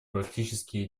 практические